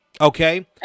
Okay